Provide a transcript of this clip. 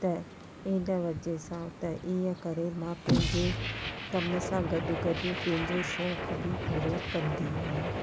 त हिन वजह सां त इनकरे मां पंहिंजे कमु सां गॾु गॾु पंहिंजो शौक़ु बि पूरो कंदी आहियां